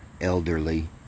elderly